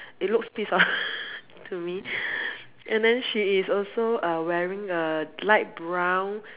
it looks pissed off to me and then she is also uh wearing a light brown